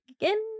again